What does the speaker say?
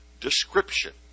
description